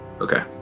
Okay